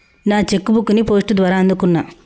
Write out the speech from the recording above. నా cheque book ని post ద్వారా అందుకున్నా